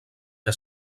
que